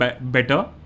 better